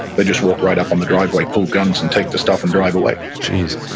they just walk right up on the driveway, pull guns, and take the stuff and drive away geez.